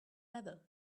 level